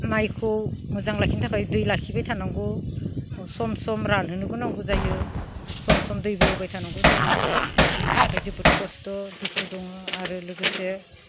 माइखौ मोजां लाखिनो थाखाय दै लाखिबाय थानांगौ सम सम रानहोनोबो नांगौ जायो सम सम दैबो होबाय थानांगौ जायो बिनि थाखाय जोबोद खस्थ' दुखु दोङो आरो लोगोसे